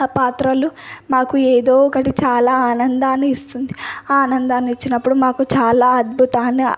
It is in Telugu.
ఆ పాత్రలు మాకు ఏదో ఒకటి చాలా ఆనందాన్ని ఇస్తుంది ఆనందాన్ని ఇచ్చినప్పుడు మాకు చాలా అద్భుతాన్ని